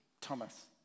Thomas